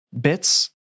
bits